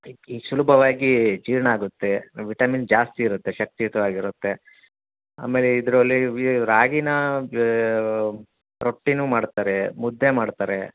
ಈ ಸುಲಭವಾಗಿ ಜೀರ್ಣ ಆಗುತ್ತೆ ವಿಟಮಿನ್ ಜಾಸ್ತಿ ಇರುತ್ತೆ ಶಕ್ತಿಯುತವಾಗಿರುತ್ತೆ ಆಮೇಲೆ ಇದರಲ್ಲಿ ರಾಗಿನ ರೊಟ್ಟಿನೂ ಮಾಡ್ತಾರೆ ಮುದ್ದೆ ಮಾಡ್ತಾರೆ